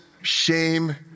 shame